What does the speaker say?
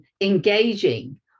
engaging